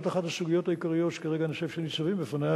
זאת אחת הסוגיות העיקריות שכרגע אנחנו ניצבים בפניה,